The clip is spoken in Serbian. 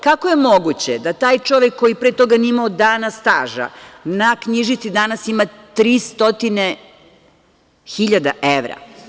Kako je moguće da taj čovek koji pre toga nije imao dana staža na knjižici danas ima 300.000 evra.